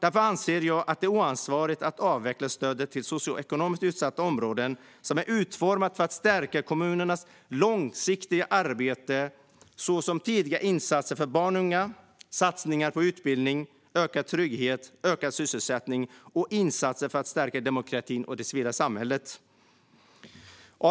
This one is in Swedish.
Jag anser att det är oansvarigt att avveckla stödet till socioekonomiskt utsatta områden som är utformat för att stärka kommunernas långsiktiga arbete, såsom tidiga insatser för barn och unga, satsningar på utbildning, ökad trygghet och ökad sysselsättning samt insatser för att stärka demokratin och det civila samhället. Fru talman!